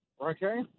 Okay